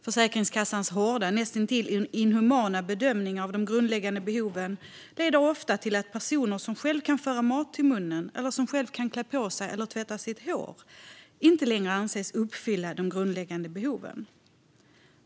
Försäkringskassans hårda och näst intill inhumana bedömningar av de grundläggande behoven leder ofta till att personer som själva kan föra mat till munnen och som själva kan klä på sig eller tvätta sitt hår inte längre anses uppfylla de grundläggande behoven.